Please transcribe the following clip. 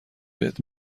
بهت